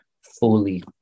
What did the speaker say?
fully